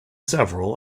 several